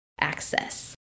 access